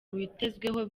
witezweho